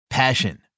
Passion